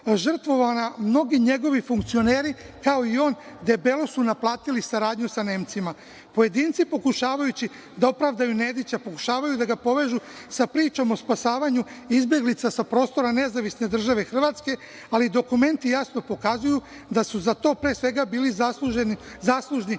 žrtvovanja, mnogi njegovi funkcioneri, kao i on, debelo su naplatili saradnju sa Nemcima. Pojedinci, pokušavajući da opravdaju Nedića, pokušavaju da ga povežu sa pričom o spasavanju izbeglica sa prostora Nezavisne države Hrvatske, ali dokumenti jasno pokazuju da su za to, pre svega, bili zaslužni